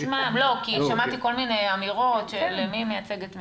לא, כי שמעתי כל מיני אמירות של מי מייצג את מי.